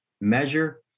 measure